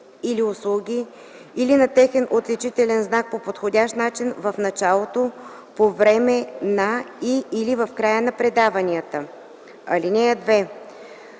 или услуги или на техен отличителен знак по подходящ начин в началото, по време на и/или в края на предаванията. (2)